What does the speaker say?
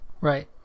Right